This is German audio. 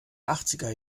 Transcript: achtziger